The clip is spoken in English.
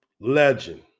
legend